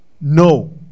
No